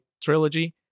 trilogy